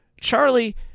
Charlie